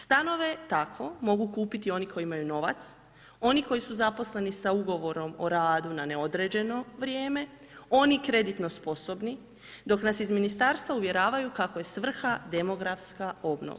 Stanove tako mogu kupiti oni koji imaju novac, oni koji su zaposleni sa ugovorom o radu na neodređeno vrijeme, oni kreditno sposobni, dok nas iz ministarstva uvjeravaju kako je svrha demografska obnova.